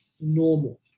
normal